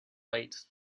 light